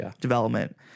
development